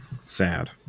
Sad